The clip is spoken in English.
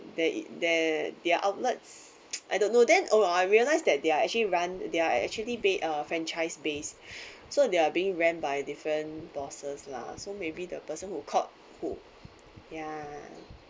their their their outlets I don't know then oh I realise that they are actually run they are actually ba~ a franchise based so they are being ran by different bosses lah so maybe the person who caught who ya